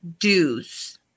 dues